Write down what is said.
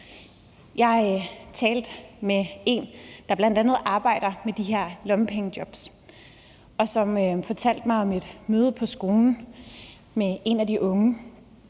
Jeg talte med en, der bl.a. arbejder med de her lommepengejobs, som fortalte mig om et møde på skolen med en af de unge,